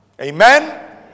Amen